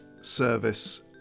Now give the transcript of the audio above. service